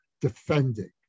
defending